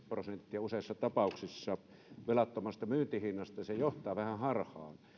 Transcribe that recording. prosenttia useissa tapauksissa velattomasta myyntihinnasta se johtaa vähän harhaan